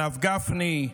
הרב גפני,